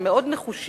הם מאוד נחושים,